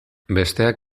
besteak